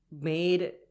made